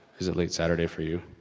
is it late saturday for you?